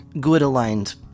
good-aligned